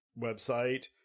website